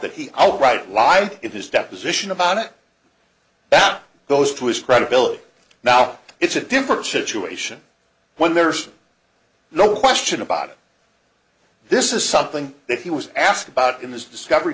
that he outright lied in his deposition about it that goes to his credibility now it's a different situation when there's no question about it this is something that he was asked about in this discovery